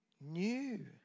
new